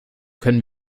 können